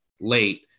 late